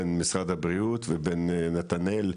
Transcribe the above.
בין משרד הבריאות ובין נתנאל,